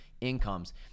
incomes